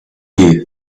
you